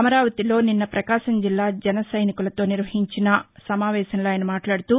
అమరావతిలో నిన్న ప్రకాశంజిల్లా జన సైనికులతో నిర్వహించిన సమావేశంలో ఆయన మాట్లాడుతూ